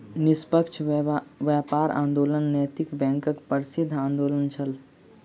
निष्पक्ष व्यापार आंदोलन नैतिक बैंकक प्रसिद्ध आंदोलन छल